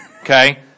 okay